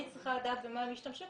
אני צריכה לדעת במה הן השתמשו,